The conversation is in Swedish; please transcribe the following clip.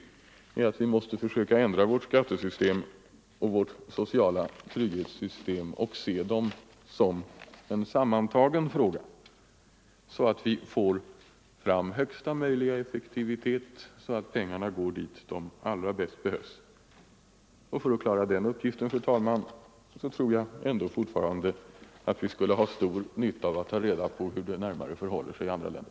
Vi här i Sverige måste försöka ändra vårt skattesystem och vårt sociala trygghetssystem och se dem som en helhet, så att vi får fram högsta möjliga effektivitet och så att pengarna går dit där de allra bäst behövs. För att klara den uppgiften, fru talman, tror jag fortfarande att vi skulle ha stor nytta av att ta reda på hur det förhåller sig i andra länder.